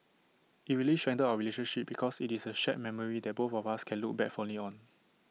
IT really strengthened our relationship because IT is A shared memory that both of us can look back fondly on